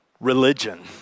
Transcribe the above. Religion